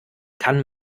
kann